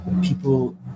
people